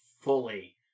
fully